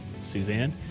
Suzanne